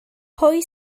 pwy